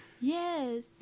Yes